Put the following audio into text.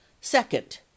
second